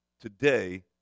today